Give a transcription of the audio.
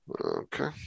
Okay